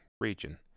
region